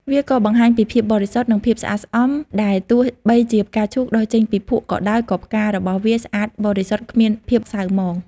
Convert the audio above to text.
វាក៏បង្ហាញពីភាពបរិសុទ្ធ និងភាពស្អាតស្អំដែរ ទោះបីជាផ្កាឈូកដុះចេញពីភក់ក៏ដោយ ក៏ផ្ការបស់វាស្អាតបរិសុទ្ធគ្មានភាពសៅហ្មង។